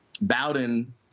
Bowden